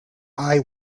eye